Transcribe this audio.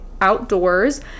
Outdoors